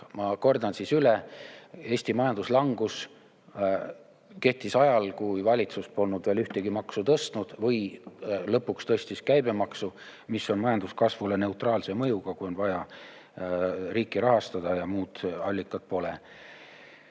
Ma kordan siis üle: Eesti majanduslangus oli ka ajal, kui valitsus polnud veel ühtegi maksu tõstnud või lõpuks tõstis käibemaksu, mis on majanduskasvule neutraalse mõjuga, kui on vaja riiki rahastada ja muid allikaid pole.